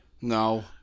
No